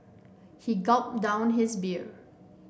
he gulped down his beer